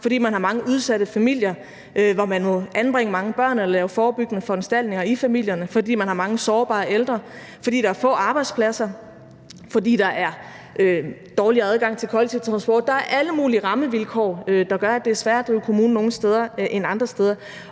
fordi man har mange udsatte familier, hvor man må anbringe mange børn eller lave forebyggende foranstaltninger i familierne; fordi man har mange sårbare ældre; fordi der er få arbejdspladser; fordi der er dårlig adgang til kollektiv transport. Der er alle mulige rammevilkår, der gør, at det er sværere at drive kommune nogle steder end andre.